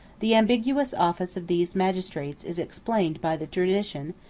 the ambiguous office of these magistrates is explained by the tradition,